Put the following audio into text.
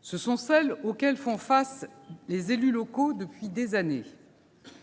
Ce sont celles auxquelles font face les élus locaux depuis des années.